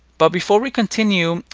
but before we continue,